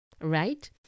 right